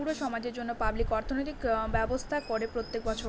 পুরো সমাজের জন্য পাবলিক অর্থনৈতিক ব্যবস্থা করে প্রত্যেক বছর